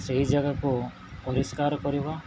ସେହି ଜାଗାକୁ ପରିଷ୍କାର କରିବ